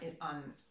on